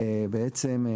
בעצם,